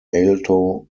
alto